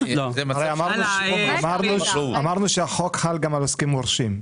הרי אמרנו שהחוק חל גם על עוסקים מורשים,